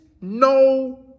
no